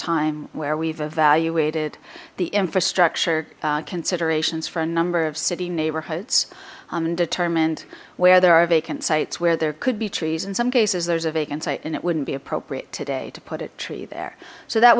time where we've evaluated the infrastructure considerations for a number of city neighborhoods and determined where there are vacant sites where there could be trees in some cases there's a vacant site and it wouldn't be appropriate today to put a tree there so that